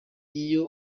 iyo